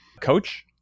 coach